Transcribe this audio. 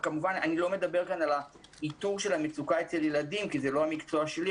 אני לא מדבר פה על המצוקה אצל הילדים כי זה לא המקצוע שלי,